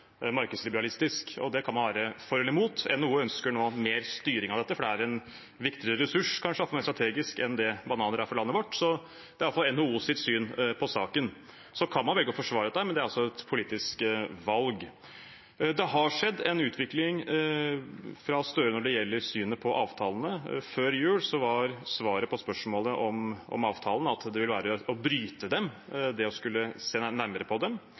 markedsliberalistisk. Det kan man være for eller imot. NHO ønsker nå mer styring av dette, for det er kanskje en viktigere ressurs for landet vårt – i alle fall mer strategisk – enn bananer er. Det er i alle fall NHOs syn på saken. Man kan velge å forsvare dette, men det er et politisk valg. Det har skjedd en utvikling hos Støre når det gjelder synet på avtalene. Før jul var svaret på spørsmålet om avtalene at det å se nærmere på dem, ville være å bryte dem. Det